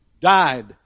Died